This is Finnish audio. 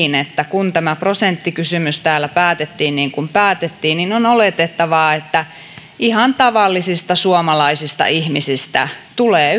niin että kun tämä prosenttikysymys täällä päätettiin niin kuin päätettiin niin on oletettavaa että yhä useammista ihan tavallisista suomalaisista ihmisistä tulee